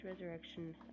resurrection